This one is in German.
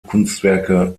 kunstwerke